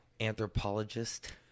anthropologist